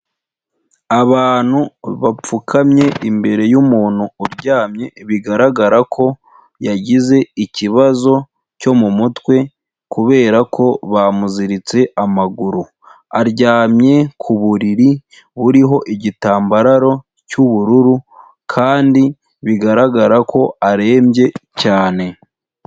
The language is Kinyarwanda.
Abantu bapfukamye imbere y'umuntu uryamye, bigaragara ko yagize ikibazo cyo mu mutwe, kubera ko bamuziritse amaguru, aryamye ku buriri buriho igitambaro cy'ubururu, kandi bigaragara ko arembye cyane.